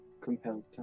compelled